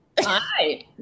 Hi